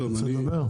תודה.